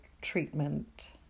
treatment